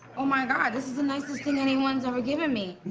oh, my god. this is the nicest thing anyone's ever given me.